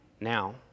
now